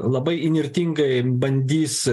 labai įnirtingai bandys